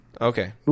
Okay